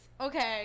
Okay